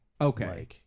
okay